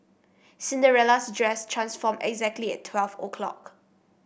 Cinderella's dress transformed exactly at twelve O clock